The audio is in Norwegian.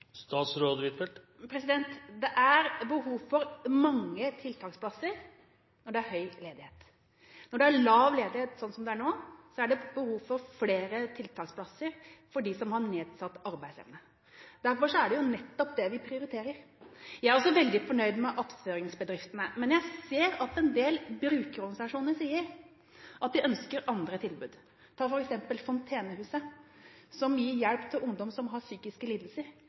Det er behov for mange tiltaksplasser når det er høy ledighet. Når det er lav ledighet, sånn som det er nå, er det behov for flere tiltaksplasser for dem som har nedsatt arbeidsevne. Derfor er det nettopp det vi prioriterer. Jeg er også veldig fornøyd med attføringsbedriftene. Men jeg ser at en del brukerorganisasjoner sier at de ønsker andre tilbud. Ta f.eks. Fontenehuset, som gir hjelp til ungdom som har psykiske lidelser.